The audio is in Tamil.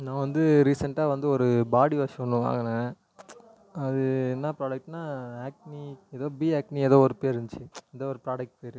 நான் வந்து ரீசெண்ட்டாக வந்து ஒரு பாடிவாஷ் ஒன்று வாங்கினேன் அது என்ன ப்ராடெக்ட்னா ஆக்னி ஏதோ பி ஆக்னி ஏதோ ஒரு பேரு இருந்துச்சு ஏதோ ஒரு ப்ராடெக்ட் பேரு